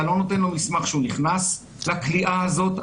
אתה לא נותן לו מסמך שהוא נכנס לכליאה הזאת,